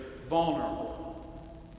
vulnerable